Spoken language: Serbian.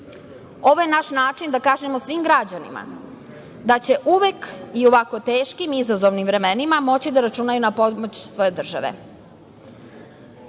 je naš način da kažemo svim građanima da će uvek, i u ovako teškim i izazovnim vremenima, moći da računaju na pomoć svoje države. Takođe,